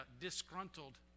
disgruntled